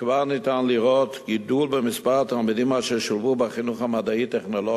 וכבר ניתן לראות גידול במספר התלמידים אשר שולבו בחינוך המדעי-טכנולוגי